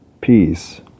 peace